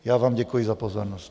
Já vám děkuji za pozornost.